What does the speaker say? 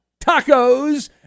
tacos